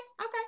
okay